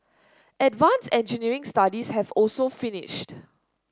advance engineering studies have also finished